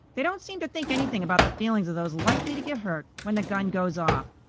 they don't seem to think anything about the feelings of those likely to get hurt when the gun goes off.